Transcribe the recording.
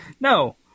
no